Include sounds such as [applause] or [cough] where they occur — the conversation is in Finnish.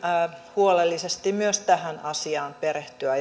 huolellisesti myös tähän asiaan perehtyä [unintelligible]